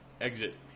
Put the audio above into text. exit